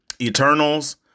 Eternals